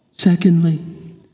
Secondly